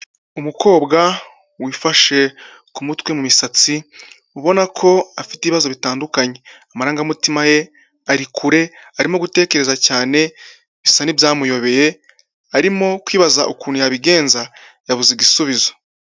Umukobwa wifashe ku mutwe mu misatsi, ubona ko afite ibibazo bitandukanye, amarangamutima ye ari kure arimo gutekereza cyane bisa n'ibyamuyobeye, arimo kwibaza ukuntu yabigenza yabuze igisubizo.